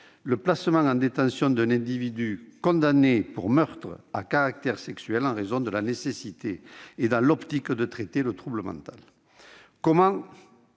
le placement en détention d'un individu condamné pour meurtre à caractère sexuel, en raison de la nécessité et dans l'optique de traiter le trouble mental. Monsieur